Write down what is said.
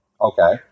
Okay